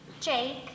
Jake